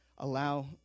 Allow